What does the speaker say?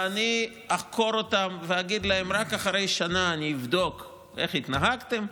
ואני אחקור אותם ואגיד להם: רק אחרי שנה אני אבדוק איך התנהגתם.